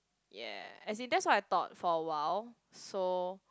ya as in that's what I thought for a while so